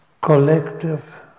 collective